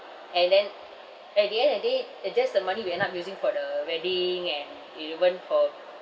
and then at the end of the day it just the money will end up using for the wedding and even for